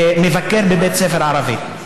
ומבקר בבית ספר ערבי,